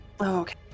Okay